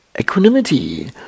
equanimity